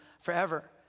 forever